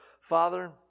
Father